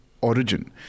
origin